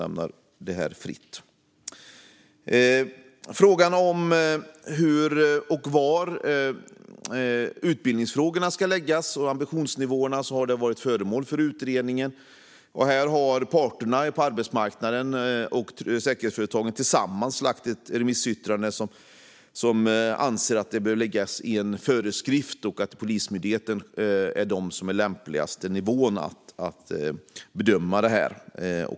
För det andra handlar det om hur och var utbildningsfrågorna och ambitionsnivåerna ska läggas. De frågorna har varit föremål för utredning. Här har parterna på arbetsmarknaden och säkerhetsföretagen tillsammans lagt fram ett remissyttrande där det framgår att de anser att det bör finnas en föreskrift och att Polismyndigheten är lämpligaste nivån för att bedöma denna fråga.